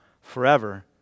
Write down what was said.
Forever